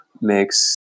makes